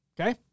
Okay